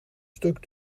stuk